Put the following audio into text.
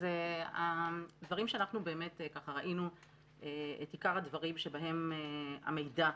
אז אנחנו באמת ככה ראינו את עיקר הדברים שבהם המידע,